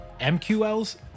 MQLs